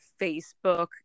Facebook